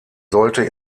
sollte